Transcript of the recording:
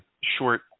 short